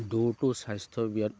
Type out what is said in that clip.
দৌৰটো স্বাস্থ্য